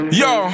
yo